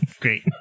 Great